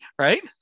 right